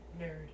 Nerd